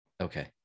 Okay